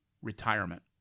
retirement